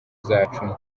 zacu